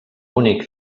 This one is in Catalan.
únic